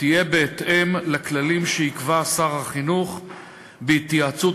תהיה בהתאם לכללים שיקבע שר החינוך בהתייעצות